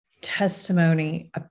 testimony